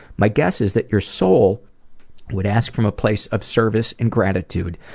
my guess is that your soul would ask from a place of service and gratitude.